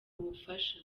ubufasha